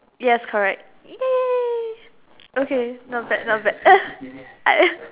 yes correct ya okay not bad not bad